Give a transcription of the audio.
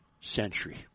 century